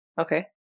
Okay